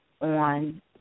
on